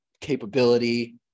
capability